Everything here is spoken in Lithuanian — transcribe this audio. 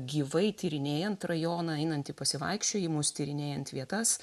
gyvai tyrinėjant rajoną einant į pasivaikščiojimus tyrinėjant vietas